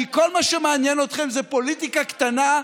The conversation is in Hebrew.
כי כל מה שמעניין אתכם זה פוליטיקה קטנה,